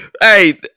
Hey